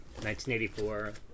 1984